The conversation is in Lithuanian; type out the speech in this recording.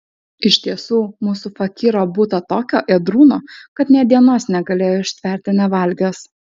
iš tiesų mūsų fakyro būta tokio ėdrūno kad nė dienos negalėjo ištverti nevalgęs